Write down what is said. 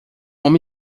homem